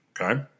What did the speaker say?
Okay